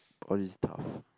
all this is tough